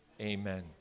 amen